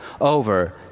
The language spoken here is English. over